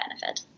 benefit